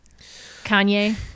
Kanye